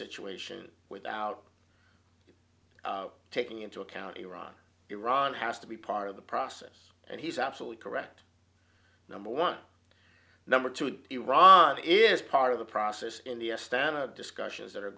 situation without taking into account iran iran has to be part of the process and he's absolutely correct number one number two iran is part of the process in the stand of discussions that are